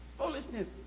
Foolishness